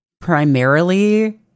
primarily